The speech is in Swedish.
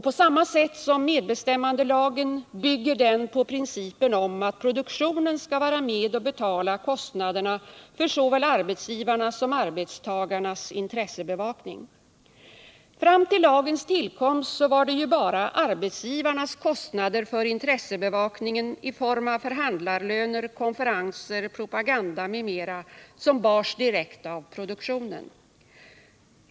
På samma sätt som medbestämmandelagen bygger den på principen att produktionen skall vara med och betala kostnaderna för såväl arbetsgivarnas som arbetstagarnas intressebevakning. Fram till lagens tillkomst var det ju bara arbetsgivarnas kostnader för intressebevakningen i form av förhandlarlöner, konferenser, propaganda etc. som bars direkt av produktionen.